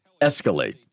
escalate